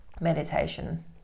meditation